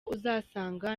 uzasanga